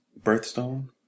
birthstone